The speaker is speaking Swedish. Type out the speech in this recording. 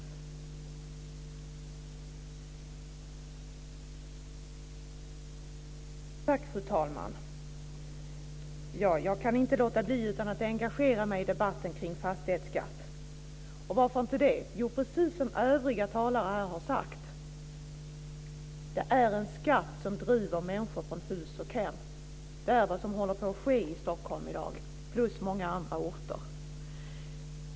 Fru talman! Jag kan inte låta bli att engagera mig i debatten kring fastighetsskatten. Varför det? Jo, precis som övriga talare har sagt är det en skatt som driver människor från hus och hem. Det är vad som håller på att ske i Stockholm i dag, plus många andra orter.